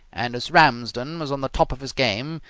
and, as ramsden was on the top of his game,